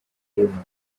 humans